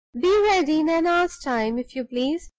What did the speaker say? be ready in an hour's time, if you please,